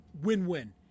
Win-win